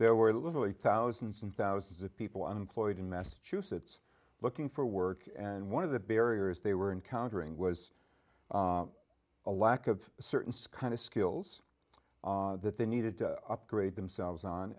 there were literally thousands and thousands of people on cloyd in massachusetts looking for work and one of the barriers they were encountering was a lack of certain skynet skills that they needed to upgrade themselves on